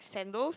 sandals